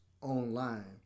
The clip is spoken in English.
online